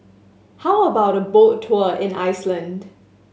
how about a boat tour in Iceland